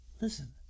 listen